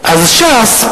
אז ש"ס,